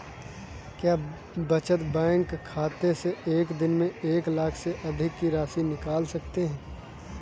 क्या बचत बैंक खाते से एक दिन में एक लाख से अधिक की राशि निकाल सकते हैं?